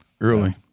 early